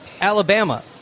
Alabama